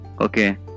okay